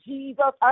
Jesus